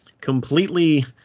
Completely